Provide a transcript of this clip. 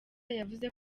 yavuze